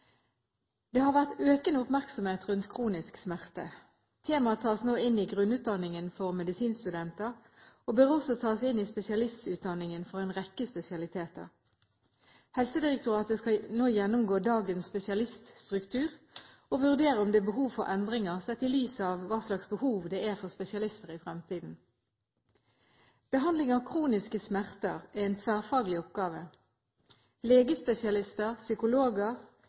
Det har vært økende oppmerksomhet rundt kroniske smerter. Temaet tas nå inn i grunnutdanningen for medisinstudenter og bør også tas inn i spesialistutdanningen for en rekke spesialiteter. Helsedirektoratet skal nå gjennomgå dagens spesialiststruktur og vurdere om det er behov for endringer, sett i lys av hva slags behov det er for spesialister i fremtiden. Behandling av kroniske smerter er en tverrfaglig oppgave. Legespesialister, psykologer,